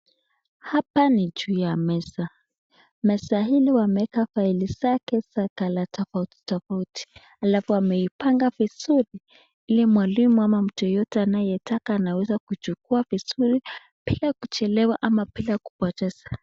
Hapa ni juu ya meza, mesa hili wameweka faeli zake za color tafauti tafauti alafu ameipanga vizuri hili mwalimu ama mtu wowore anataka kuchuakuwa vizuri bila kichelewa ama kupotesa.